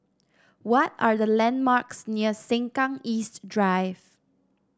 what are the landmarks near Sengkang East Drive